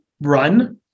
run